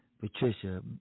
Patricia